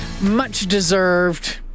much-deserved